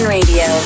radio